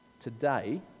today